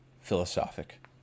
philosophic